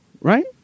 right